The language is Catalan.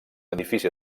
edifici